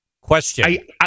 Question